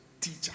teacher